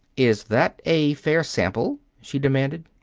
is that a fair sample? she demanded.